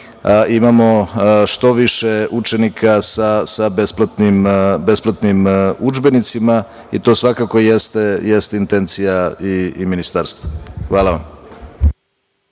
imamo što više učenika sa besplatnim udžbenicima, i to svakako jeste i intencija i Ministarstva. Hvala.